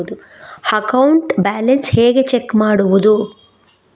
Account balance ಹೇಗೆ check ಮಾಡುವುದು?